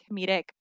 comedic